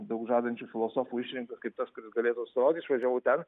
daug žadančių filosofų išrinktas kaip tas kuris galėtų atstovaut išvažiavau ten